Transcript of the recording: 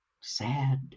sad